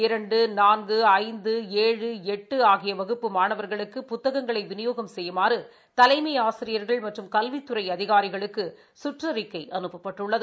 இரண்டு நான்கு ஐந்து ஏழு எட்டு ஆகிய வகுப்பு மாணவர்களுக்கு புத்தகங்களை விநியோகம் செய்யுமாறு தலைமை ஆசிரியர்கள் மற்றும் கல்வித்துறை அதிகாரிகளுக்கு சுற்றறிக்கை அனுப்பப்பட்டுள்ளது